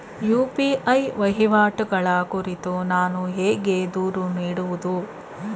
UPI ವಹಿವಾಟುಗಳ ಕುರಿತು ನಾನು ಹೇಗೆ ದೂರು ನೀಡುವುದು?